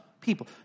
people